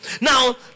Now